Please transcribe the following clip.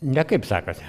nekaip sekasi